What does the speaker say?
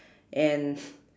and